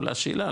עולה שאלה,